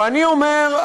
ואני אומר,